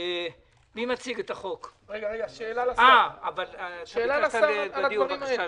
שאלה לשר על הדברים.